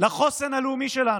לחוסן הלאומי שלנו.